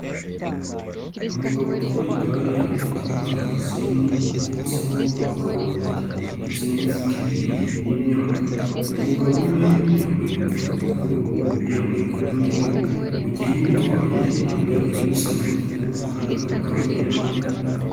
Umugabo utwaye igare rizwi nka lamuzini ahetseho abagabo babiri ndetse n'imifuka ibiri y'imyaka, umugabo umwe yambaye agapfukamuwa k'ubururu undi yambaye ak'umweru mu gihe uritwaye yambaye akajya gusa n'umutuku kandi akaba akambaye nabi.